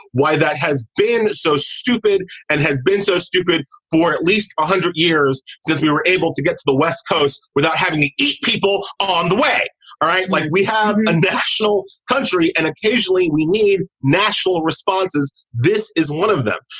why that has been so stupid and has been so stupid for at least one hundred years since we were able to get to the west coast without having the people on the way. all right. like we have a national country and occasionally we need national responses this is one of them.